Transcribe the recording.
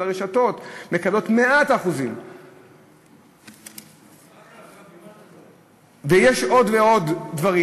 אבל הרשתות מקבלות 100%. ויש עוד ועוד דברים.